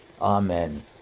Amen